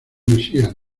mesías